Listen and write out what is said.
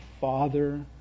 father